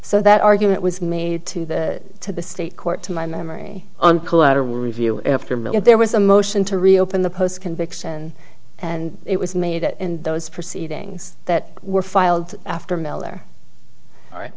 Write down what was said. so that argument was made to the to the state court to my memory on collateral review after midnight there was a motion to reopen the post conviction and it was made and those proceedings that were filed after miller